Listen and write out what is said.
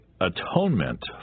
atonement